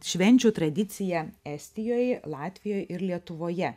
švenčių tradicija estijoj latvijoj ir lietuvoje